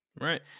Right